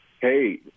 hey